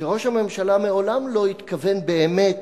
שראש הממשלה מעולם לא התכוון באמת